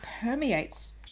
permeates